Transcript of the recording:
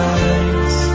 eyes